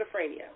schizophrenia